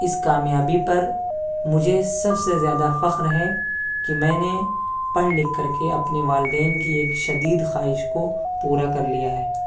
اس کامیابی پر مجھے سب سے زیادہ فخر ہے کہ میں نے پڑھ لکھ کر کے اپنے والدین کی ایک شدید خواہش کو پورا کر لیا ہے